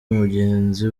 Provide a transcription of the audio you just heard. mugenzi